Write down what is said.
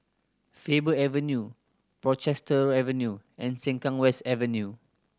Faber Avenue Portchester Avenue and Sengkang West Avenue